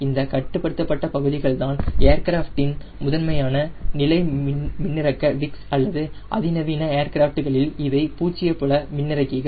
இந்த கட்டுப்படுத்தப்பட்ட பகுதிகள்தான் ஏர்கிராஃப்டின முதன்மையான நிலை மின்னிறக்க விக்ஸ் அல்லது அதிநவீன ஏர்கிராஃப்ட்களில் இவை பூஜ்ஜிய புல மின்னிறக்கிகள்